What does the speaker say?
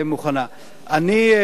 אני חושב